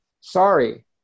Sorry